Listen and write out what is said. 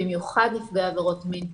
במיוחד נפגעי עבירות מין קטינים.